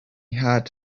had